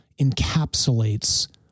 encapsulates